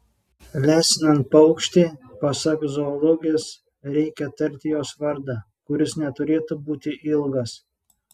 lesinant paukštį pasak zoologės reikia tarti jos vardą kuris neturėtų būti ilgas